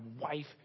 wife